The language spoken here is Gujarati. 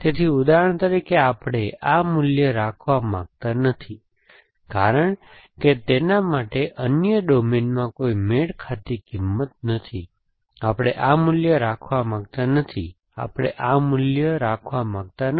તેથી ઉદાહરણ તરીકે આપણે આ મૂલ્ય રાખવા માંગતા નથી કારણ કે તેના માટે અન્ય ડોમેનમાં કોઈ મેળ ખાતી કિંમત નથી આપણે આ મૂલ્ય રાખવા માંગતા નથી આપણે આ મૂલ્ય રાખવા માંગતા નથી